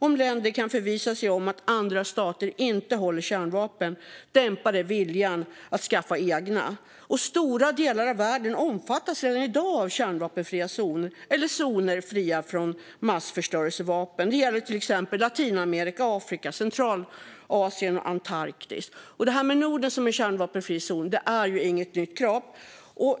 Om länder kan förvissa sig om att andra stater inte håller kärnvapen dämpar det viljan att skaffa egna. Stora delar av världen omfattas redan i dag av kärnvapenfria zoner eller zoner fria från massförstörelsevapen. Det gäller till exempel Latinamerika, Afrika, Centralasien och Antarktis. Det här med Norden som en kärnvapenfri zon är ju inget nytt krav.